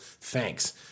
Thanks